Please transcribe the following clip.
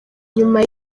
nyuma